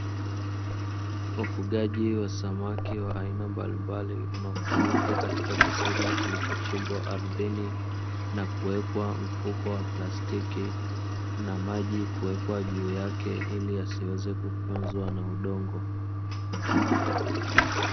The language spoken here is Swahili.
Ufugaji wa samaki wa aina mbalimbali unaofanyika katika kisima kilichochimbwa ardhini na kuwekwa mfuko wa plastiki, na maji kuwekwa juu yake ili yasiweze kufyonzwa na udongo.